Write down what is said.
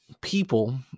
people